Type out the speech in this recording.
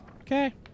Okay